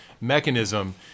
mechanism